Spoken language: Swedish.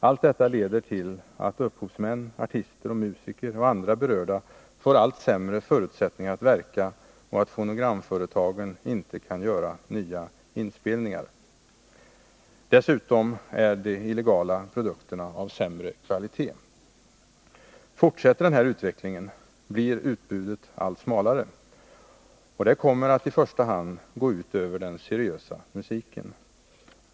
Allt detta leder till att upphovsmän, artister, musiker och andra berörda får allt sämre förutsättningar att verka och att fonogramföretagen inte kan göra nya inspelningar. Dessutom är de illegala produkterna av sämre kvalitet. Fortsätter den här utvecklingen, blir utbudet allt smalare. Och det kommer att i första hand gå ut över den seriösa musiken.